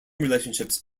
relationships